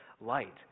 light